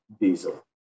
diesel